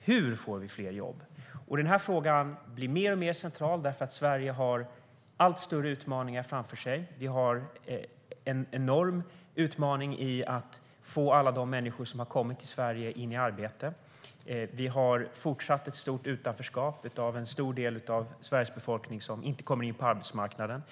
Hur får vi fler jobb? Den frågan blir mer och mer central eftersom Sverige har allt större utmaningar framför sig. Vi har en enorm utmaning i att få alla de människor som har kommit till Sverige in i arbete. Vi har fortsatt ett stort utanförskap av en stor del av Sveriges befolkning som inte kommer in på arbetsmarknaden.